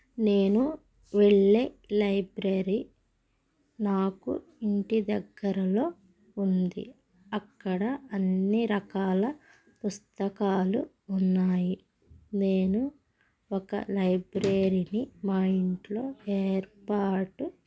నేను వెళ్ళే లైబ్రరీ నాకు ఇంటి దగ్గరలో ఉంది అక్కడ అన్ని రకాల పుస్తకాలు ఉన్నాయి నేను ఒక లైబ్రరీని మా ఇంట్లో ఏర్పాటు